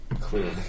clearly